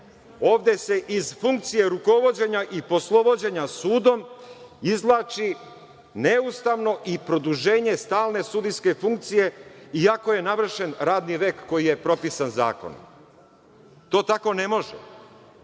ovde se iz funkcije rukovođenja i poslovođenja sudom izvlači neustavno i produženje stalne sudijske funkcije, iako je navršen radni vek koji je propisan zakonom. To tako ne može. Ovo